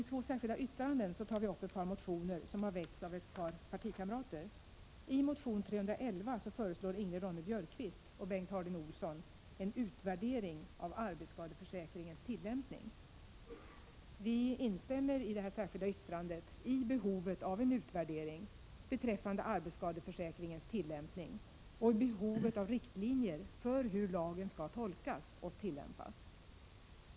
I två särskilda yttranden tar vi upp ett par motioner som har väckts av några partikamrater. I motion 311 föreslår Ingrid Ronne-Björkqvist och Bengt Harding Olson en utvärdering av arbetsskadeförsäkringens tillämpning. Vi instämmer i vårt särskilda yttrande i att det behövs en utvärdering beträffande arbetsskadeförsäkringens tillämpning samt riktlinjer för hur lagen skall tolkas och tillämpas.